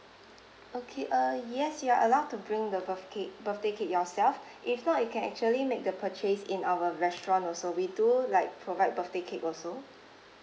okay uh yes you're allowed to bring the birth cake birthday cake yourself if not you can actually make the purchase in our restaurant also we do like provide birthday cake also